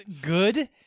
good